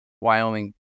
Wyoming